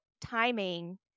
timing